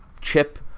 chip